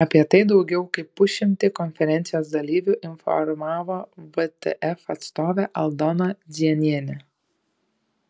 apie tai daugiau kaip pusšimtį konferencijos dalyvių informavo vtf atstovė aldona dzienienė